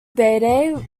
bede